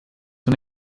una